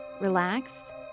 relaxed